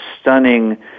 stunning